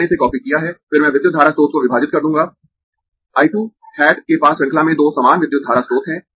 मैंने इसे कॉपी किया है फिर मैं विद्युत धारा स्रोत को विभाजित कर दूंगा I 2 हैट के पास श्रृंखला में दो समान विद्युत धारा स्रोत है